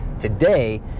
today